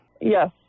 yes